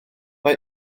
mae